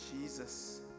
Jesus